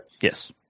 Yes